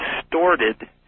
distorted